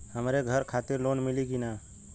हमरे घर खातिर लोन मिली की ना?